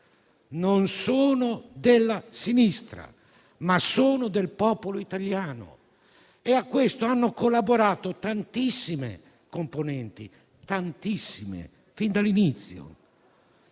Non sono della sinistra, ma sono del popolo italiano. A questo hanno collaborato tantissime componenti, fin dall'inizio.